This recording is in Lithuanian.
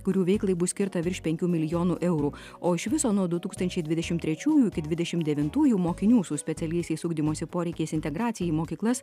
kurių veiklai bus skirta virš penkių milijonų eurų o iš viso nuo du tūkstančiai dvidešim trečiųjų iki dvidešim devintųjų mokinių su specialiaisiais ugdymosi poreikiais integracijai į mokyklas